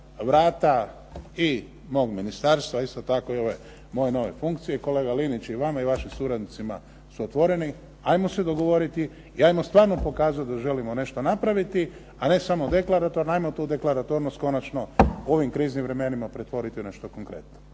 vrata i mog ministarstva, isto tako i ove moje nove funkcije, kolega Linić i vama i vašim suradnicima su otvoreni. Ajmo se dogovoriti i ajmo stvarno pokazat da želimo nešto napraviti, a ne samo deklaratorno, ajmo tu deklaratornost konačno u ovim kriznim vremenima pretvoriti u nešto konkretno.